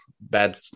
bad